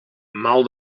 mal